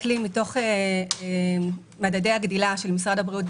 מתוך מדדי הגדילה של משרד הבריאות,